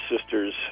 Sisters